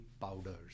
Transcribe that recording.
powders